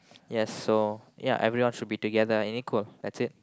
yes so ya everyone should be together and equal that's it